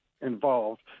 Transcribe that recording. involved